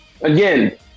Again